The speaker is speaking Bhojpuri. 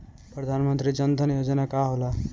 प्रधानमंत्री जन धन योजना का होला?